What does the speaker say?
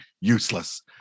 useless